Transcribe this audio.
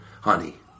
honey